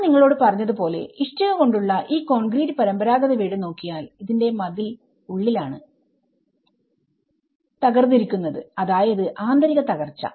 ഞാൻ നിങ്ങളോട് പറഞ്ഞത് പോലെ ഇഷ്ടിക കൊണ്ടുള്ള ഈ കോൺക്രീറ്റ് പരമ്പരാകത വീട് നോക്കിയാൽ ഇതിന്റെ മതിൽ ഉള്ളിലാണ് തകർന്നിരിക്കുന്നത് അതായത് ആന്തരിക തകർച്ച